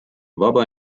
vaba